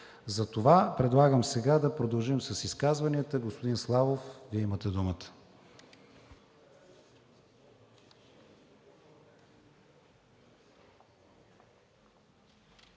Затова предлагам сега да продължим с изказванията. Господин Славов, Вие имате думата.